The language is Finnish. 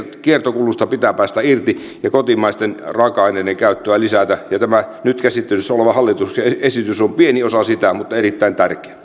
kiertokulusta pitää päästä irti ja kotimaisten raaka aineiden käyttöä lisätä ja tämä nyt käsittelyssä oleva hallituksen esitys on pieni mutta erittäin